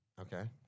Okay